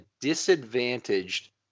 disadvantaged